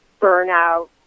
burnout